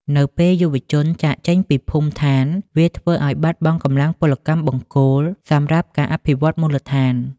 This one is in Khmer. នៅពេលយុវជនចាកចេញពីភូមិដ្ឋាន វាធ្វើឱ្យបាត់បង់កម្លាំងពលកម្មបង្គោលសម្រាប់ការអភិវឌ្ឍមូលដ្ឋាន។